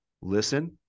listen